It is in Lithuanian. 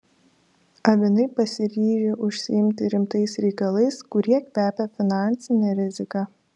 avinai pasiryžę užsiimti rimtais reikalais kurie kvepia finansine rizika